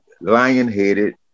lion-headed